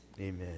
Amen